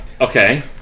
Okay